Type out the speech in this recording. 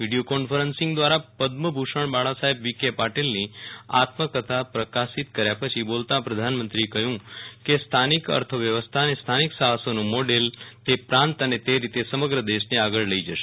video conferencing દ્વારા પદ્મ ભૂષણ બાળાસાહેબ વિખે પાટિલની આત્મકથા પ્રકાશિત કર્યા પછી બોલતાં પ્રધાનમંત્રીએ કહ્યું કે સ્થાનિક અર્થવ્યવસ્થા અને સ્થાનિક સાહસોનું મોડેલ તે પ્રાંત અને તે રીતે સમગ્ર દેશને આગળ લઈ જશે